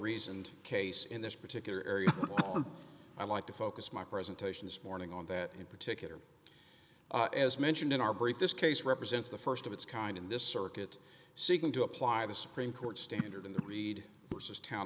reasoned case in this particular area i like to focus my presentation this morning on that in particular as mentioned in our brief this case represents the st of its kind in this circuit seeking to apply the supreme court's standard in the read purses town